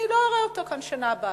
אני לא אראה אותו כאן בשנה הבאה".